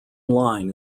line